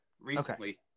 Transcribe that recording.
recently